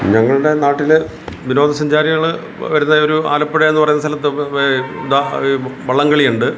ഞങ്ങളുടെ നാട്ടില് വിനോദസഞ്ചാരികള് വരുന്ന ഒരു ആലപ്പുഴ എന്ന് പറയുന്ന സ്ഥലത്ത് ദാ എന്താ വള്ളംകളി ഉണ്ട്